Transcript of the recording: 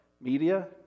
media